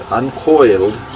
uncoiled